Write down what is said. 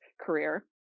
career